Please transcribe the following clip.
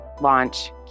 launch